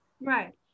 right